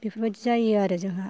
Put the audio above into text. बेफोरबायदि जायो आरो जोंहा